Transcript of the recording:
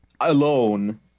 alone